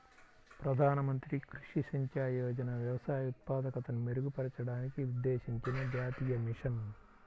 ప్రధాన మంత్రి కృషి సించాయ్ యోజన వ్యవసాయ ఉత్పాదకతను మెరుగుపరచడానికి ఉద్దేశించిన జాతీయ మిషన్